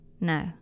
No